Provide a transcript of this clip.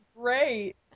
great